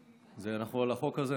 אנחנו על החוק הזה,